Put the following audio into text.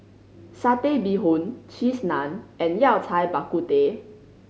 Satay Bee Hoon Cheese Naan and Yao Cai Bak Kut Teh